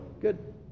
Good